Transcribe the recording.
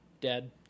dead